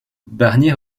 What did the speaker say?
barnier